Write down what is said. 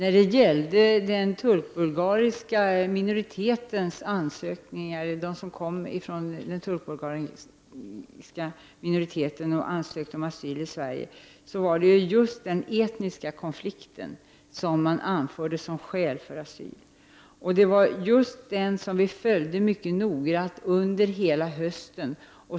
Men turkbulgarerna anförde just den etniska konflikten som skäl för sina asylansökningar. Den konflikten följde vi mycket noga under hela hösten.